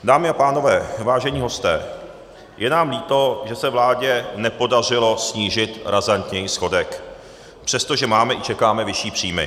Dámy a pánové, vážení hosté, je nám líto, že se vládě nepodařilo snížit razantněji schodek, přestože máme i čekáme vyšší příjmy.